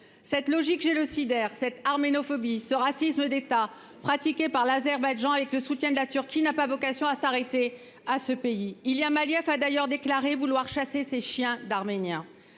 cette logique, j'ai le sidère cette armée phobies ce racisme d'État pratiquée par l'Azerbaïdjan, avec le soutien de la Turquie n'a pas vocation à s'arrêter à ce pays, il y a, Malia d'ailleurs déclaré vouloir chasser ces chiens d'Arméniens